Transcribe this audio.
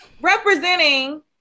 representing